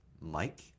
Mike